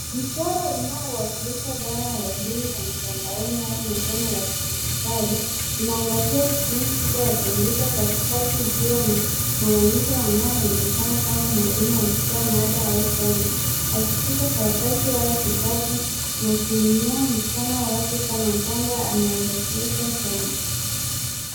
Mchoro unaowakilisha dara ya elimu ya mtandaoni au masomo ya kidigitali inaangazia skrini kubwa ya kompyuta katikati ikiwa ni mwanamke anayeonekana kama mwalimu akitoa mada au somo akishika karatasi au kitabu na kuinua mkono wake kana kwamba anaelekeza jambo.